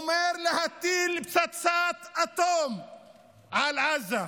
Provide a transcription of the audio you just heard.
אמר: להטיל פצצת אטום על עזה,